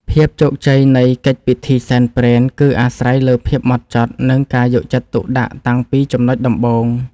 ភាពជោគជ័យនៃកិច្ចពិធីសែនព្រេន គឺអាស្រ័យលើភាពហ្មត់ចត់ និងការយកចិត្តទុកដាក់តាំងពីចំណុចដំបូង។